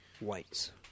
Whites